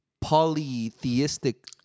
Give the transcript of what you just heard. polytheistic